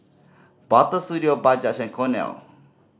Butter Studio Bajaj and Cornell